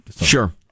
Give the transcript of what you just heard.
Sure